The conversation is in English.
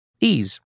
Ease